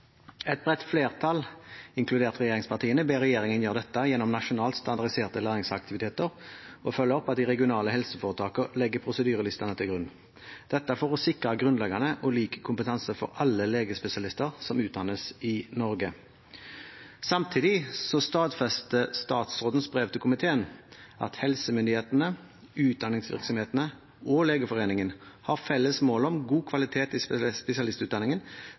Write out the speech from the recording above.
Et bredt flertall, inkludert regjeringspartiene, ber regjeringen gjøre dette gjennom nasjonalt standardiserte læringsaktiviteter og følge opp at de regionale helseforetakene legger prosedyrelistene til grunn. Dette er for å sikre grunnleggende og lik kompetanse for alle legespesialister som utdannes i Norge. Samtidig stadfester statsrådens brev til komiteen at helsemyndighetene, utdanningsvirksomhetene og Legeforeningen har felles mål om god kvalitet i spesialistutdanningen,